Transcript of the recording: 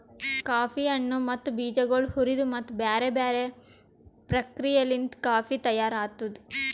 coffee ಹಣ್ಣು ಮತ್ತ ಬೀಜಗೊಳ್ ಹುರಿದು ಮತ್ತ ಬ್ಯಾರೆ ಬ್ಯಾರೆ ಪ್ರಕ್ರಿಯೆಲಿಂತ್ ಕಾಫಿ ತೈಯಾರ್ ಆತ್ತುದ್